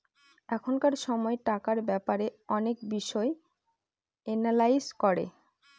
এখনকার সময় টাকার ব্যাপারে অনেক বিষয় এনালাইজ করে